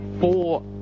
four